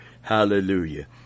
hallelujah